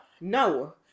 no